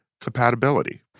compatibility